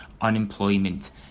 unemployment